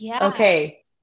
okay